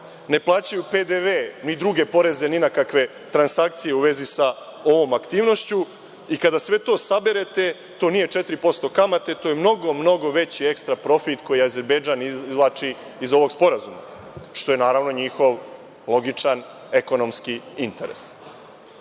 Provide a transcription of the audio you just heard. Ne plaćaju PDV, ni druge poreze ni na kakve transakcije u vezi sa ovom aktivnošću. Kada sve to saberete to nije 4% kamate, već je mnogo, mnogo veći ekstra profit koji Azerbejdžan izvlači iz ovog sporazuma, što je naravno njihov logičan ekonomski interes. Imaju